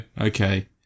Okay